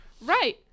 Right